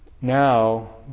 now